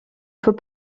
faut